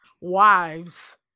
wives